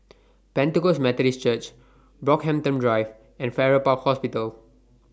Pentecost Methodist Church Brockhampton Drive and Farrer Park Hospital